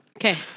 Okay